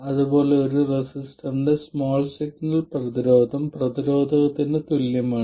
അതുപോലെ ഒരു റെസിസ്റ്ററിന്റെ സ്മാൾ സിഗ്നൽ പ്രതിരോധം പ്രതിരോധത്തിന് തുല്യമാണ്